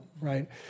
right